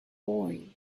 boy